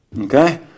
Okay